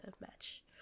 match